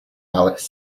alice